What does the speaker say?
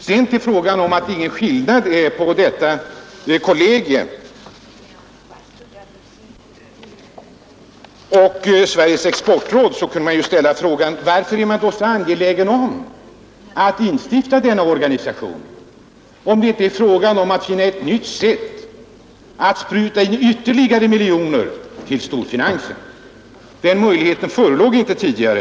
Om ni herr Lange sedan säger att det inte är någon skillnad mellan dessa kollegier och Sveriges exportråd, skulle man kunna ställa frågan: Varför är man så angelägen om att instifta denna organisation, Sveriges exportråd, om det inte är fråga om att finna ett nytt sätt att spruta in ytterligare miljoner till storfinansen. Den möjligheten förelåg inte tidigare.